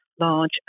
large